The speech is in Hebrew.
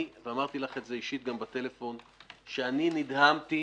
שאני נדהמתי